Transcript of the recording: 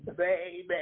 baby